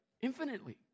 Infinitely